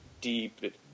deep